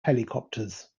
helicopters